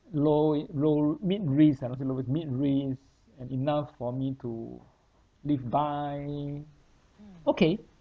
low it low mid risk ah don't say low mid risk and enough for me to live by okay